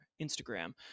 Instagram